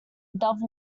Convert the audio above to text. dove